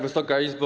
Wysoka Izbo!